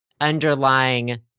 underlying